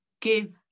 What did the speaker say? give